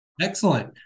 Excellent